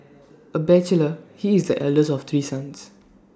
A bachelor he is the eldest of three sons